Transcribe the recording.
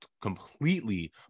completely